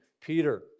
Peter